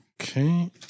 Okay